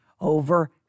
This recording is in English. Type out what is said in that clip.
over